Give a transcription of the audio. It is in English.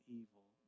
evil